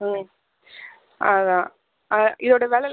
அதான் அதா இதோட வெளில